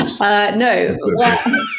No